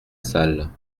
salle